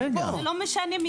רגע --- לא משנה,